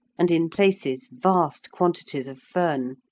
and in places vast quantities of fern.